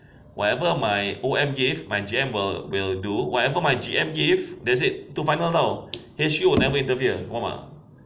whatever my O_M gave my G_M will do whatever my G_M give that's it tu final [tau]